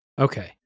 Okay